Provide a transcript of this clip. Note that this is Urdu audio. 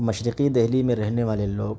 مشرقی دہلی میں رہنے والے لوگ